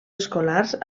escolars